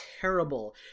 terrible